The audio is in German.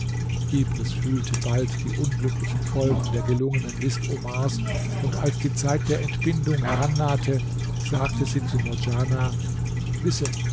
fühlte bald die unglücklichen folgen der gelungenen list omars und als die zeit der entbindung herannahte sagte sie zu murdjana wisse